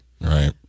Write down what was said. Right